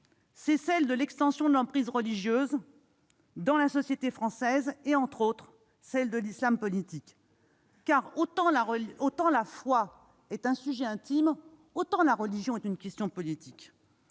est celle de l'extension de l'emprise religieuse dans la société française, notamment de l'islam politique. En effet, autant la foi est un sujet intime, autant la religion est une question politique.